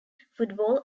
football